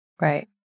Right